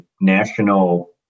national